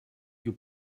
you